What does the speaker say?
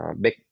big